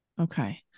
Okay